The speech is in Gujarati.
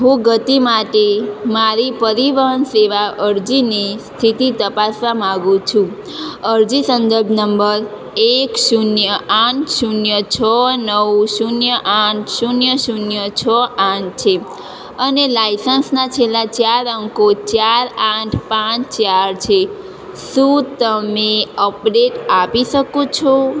હું ગતિ માટે મારી પરિવહન સેવા અરજીને સ્થિતિ તપાસવા માગું છું અરજી સંદર્ભ નંબર એક શૂન્ય આઠ શૂન્ય છ નવ શૂન્ય આઠ શૂન્ય શૂન્ય છ આઠ છે અને લાઇસન્સના છેલ્લા ચાર અંકો ચાર આઠ પાંચ ચાર છે શું તમે અપડેટ આપી શકો છો